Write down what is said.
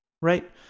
Right